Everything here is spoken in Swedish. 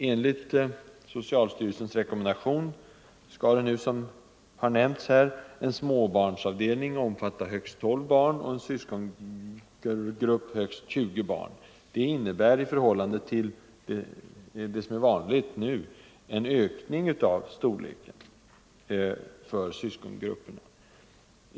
Enligt socialstyrelsens rekommendation skall nu, som har nämnts här, en småbarnsavdelning omfatta högst 12 barn och en syskongrupp högst 20 barn. Det innebär, i förhållande till vad som är vanligt nu, en ökning av storleken för syskongrupperna.